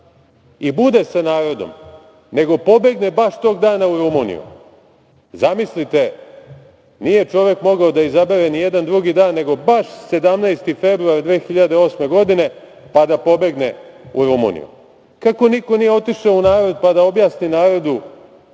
i bude sa narodom, nego pobegne baš tog dana u Rumuniju? Zamislite, nije čovek mogao da izabere ni jedan drugi dan, nego baš 17. februar 2008. godine, pa da pobegne u Rumuniju. Kako niko nije otišao u narod, pa da objasni narodu